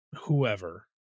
whoever